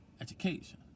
Education